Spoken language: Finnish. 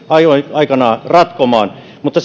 aikanaan ratkomaan mutta